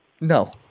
No